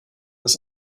ist